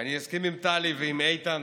ואני אסכים עם טלי ועם איתן